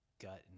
gut